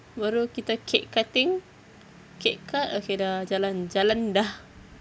baru kita cake cutting cake cut okay dah jalan-jalan dah